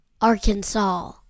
Arkansas